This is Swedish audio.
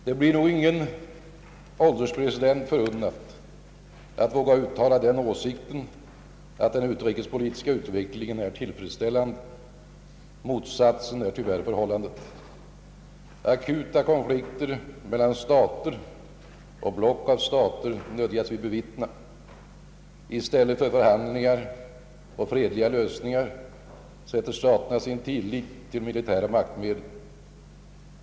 Det blir nog inte någon ålderspresident förunnat att våga uttala den åsikten att den utrikespolitiska utvecklingen är tillfredsställande. Motsatsen är tyvärr förhållandet. Akuta konflikter mellan stater och block av stater nödgas vi bevittna. I stället för förhandlingar och fredliga lösningar sätter staterna sin tillit till militära maktmedel.